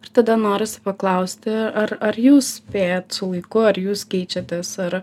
ir tada norisi paklausti ar ar jūs spėjat su laiku ar jūs keičiatės ar